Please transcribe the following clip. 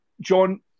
John